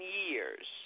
years